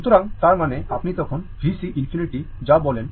সুতরাং তার মানে আপনি তখন VC ∞ জা বলেন